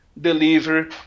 deliver